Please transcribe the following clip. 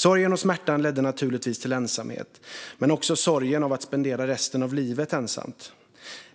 Sorgen och smärtan ledde naturligtvis till ensamhet, men också sorgen att spendera resten av livet ensamt.